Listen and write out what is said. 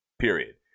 Period